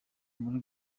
muri